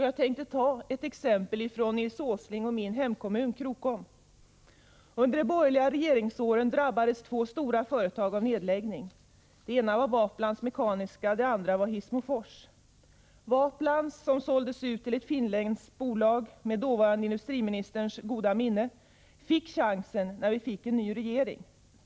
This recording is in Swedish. Jag tänkte ta ett exempel från Nils G. Åslings och min hemkommun Krokom. Under de borgerliga regeringsåren drabbades två stora företag av nedläggning. Det ena var Waplan Mekaniska, det andra var Hissmofors. Waplan som, med dåvarande industriministerns goda minne, såldes ut till ett finländskt bolag fick chansen när vi fick en ny regering.